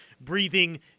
breathing